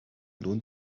lohnt